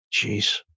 Jeez